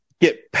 get